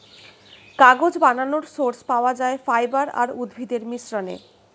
কাগজ বানানোর সোর্স পাওয়া যায় ফাইবার আর উদ্ভিদের মিশ্রণে